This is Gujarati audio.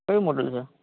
કયું મોડેલ છે